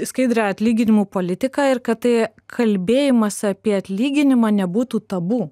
skaidrią atlyginimų politiką ir kad tai kalbėjimas apie atlyginimą nebūtų tabū